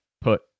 put